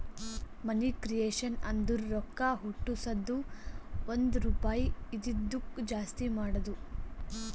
ಮನಿ creation ಅಂದುರ್ ರೊಕ್ಕಾ ಹುಟ್ಟುಸದ್ದು ಒಂದ್ ರುಪಾಯಿ ಇದಿದ್ದುಕ್ ಜಾಸ್ತಿ ಮಾಡದು